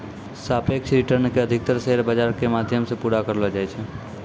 सापेक्ष रिटर्न के अधिकतर शेयर बाजार के माध्यम से पूरा करलो जाय छै